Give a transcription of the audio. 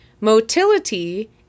motility